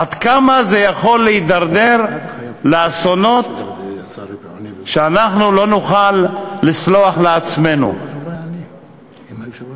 עד כמה זה יכול להידרדר לאסונות שאנחנו לא נוכל לסלוח לעצמנו אם יקרו.